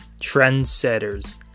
trendsetters